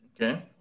Okay